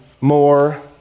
more